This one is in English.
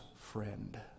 friend